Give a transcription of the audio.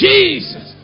Jesus